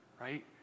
right